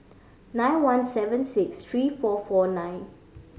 nine one seven six three four four nine